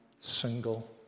single